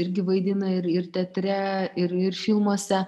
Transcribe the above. irgi vaidina ir ir teatre ir ir filmuose